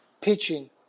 pitching